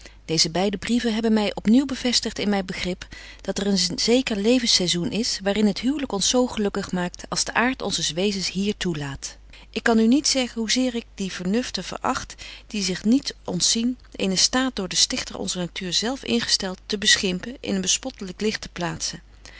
deeze beide brieven hebben my op nieuw bevestigt in myn begrip dat er een zeker levenssaisoen is waar in het huwlyk ons zo gelukkig maakt als de aart onzes wezens hier toelaat ik kan u niet zeggen betje wolff en aagje deken historie van mejuffrouw sara burgerhart hoe zeer ik die vernuften veracht die zich niet ontzien eenen staat door den stichter onzer natuur zelf ingestelt te beschimpen in een bespottelyk licht te plaatzen